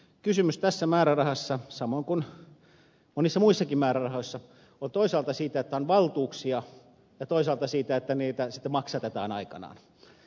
kysymys tässä määrärahassa samoin kuin monissa muissakin määrärahoissa on toisaalta siitä että on valtuuksia ja toisaalta siitä että niitä sitten maksatetaan aikanaan